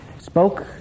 spoke